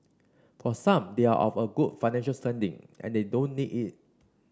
for some they are of a good financial standing and they don't need it